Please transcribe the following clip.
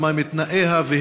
2. מה הם תנאיה והיקפה?